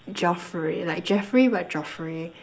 Geoffrey like Jeffery but Geoffrey